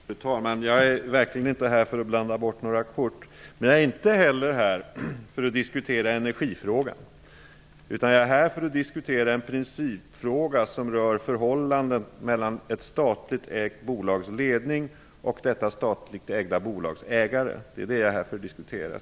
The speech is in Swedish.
Fru talman! Jag är verkligen inte här för att blanda bort några kort. Men jag är inte heller här för att diskutera energifrågor. Jag är här för att diskutera en principfråga som rör förhållandet mellan ett statligt ägt bolags ledning och detta statligt ägda bolags ägare.